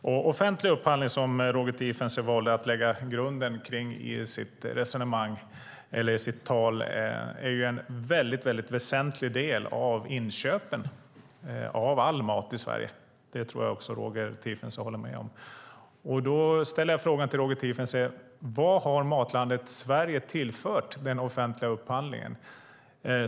Offentlig upphandling, som Roger Tiefensee valde att lägga vikten vid i sitt tal, är en mycket väsentlig del av inköpen av all mat i Sverige. Det tror jag att Roger Tiefensee håller med om. Då ställer jag frågan till Roger Tiefensee: Vad har Matlandet Sverige tillfört den offentliga upphandlingen?